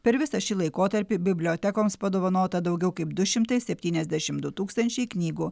per visą šį laikotarpį bibliotekoms padovanota daugiau kaip du šimtai septyniasdešimt du tūkstančiai knygų